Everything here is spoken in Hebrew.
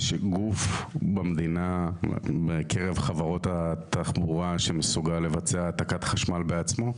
יש גוף במדינה בקרב חברות התחבורה שמסוגל לבצע העתקת חשמל בעצמו?